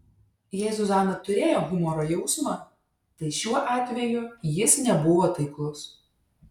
jei zuzana turėjo humoro jausmą tai šiuo atveju jis nebuvo taiklus